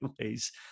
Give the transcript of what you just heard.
ways